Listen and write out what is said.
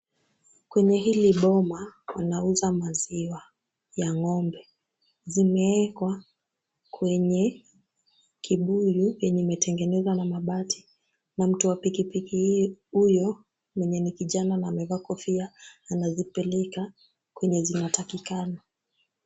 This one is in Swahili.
Kwenye hili boma wanauza maziwa ya ng'ombe. Zimewekwa kwenye kibuyu yenye imetengenezwa na mabati na mtu wa pikipiki huyo mwenye ni kijana amevaa kofia anazipeleka kwenye zinatakikana.